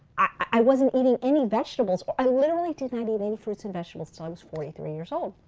i wasn't eating any vegetables. i literally did not eat any fruits and vegetables until i was forty three years old.